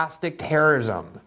terrorism